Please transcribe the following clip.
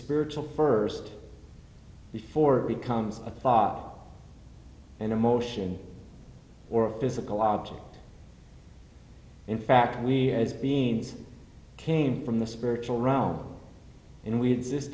spiritual first before it becomes a thought and emotion or a physical object in fact we as beings came from the spiritual around and we